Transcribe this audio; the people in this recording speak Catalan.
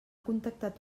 contactat